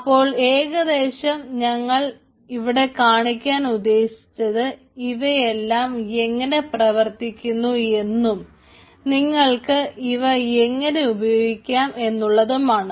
അപ്പോൾ ഏകദേശം ഞങ്ങൾ ഇവിടെ കാണിക്കാൻ ഉദ്ദേശിച്ചത് ഇവയെല്ലാം എങ്ങനെ പ്രവർത്തിക്കുന്നു എന്നും നിങ്ങൾക്ക് ഇവ എങ്ങനെ ഉപയോഗിക്കാം എന്നുള്ളതുമാണ്